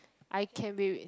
I can be with